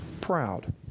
proud